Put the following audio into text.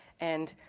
and